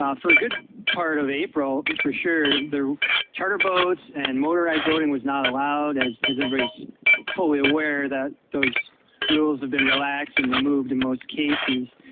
for a good part of april for sure, the charter boats and motorized boating was not allowed as as everybody's fully aware that those rules have been relaxed and removed in most cases.